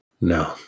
No